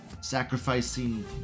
Sacrificing